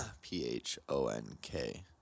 P-H-O-N-K